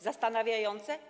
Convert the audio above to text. Zastanawiające?